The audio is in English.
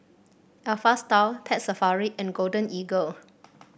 Alpha Style Pet Safari and Golden Eagle